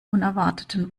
unerwarteten